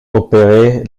opéré